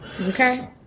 okay